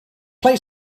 play